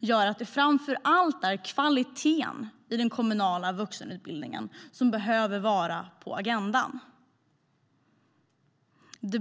gör att det framför allt är kvaliteten i den kommunala vuxenutbildningen som behöver vara på agendan.